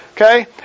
Okay